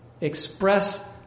express